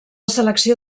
selecció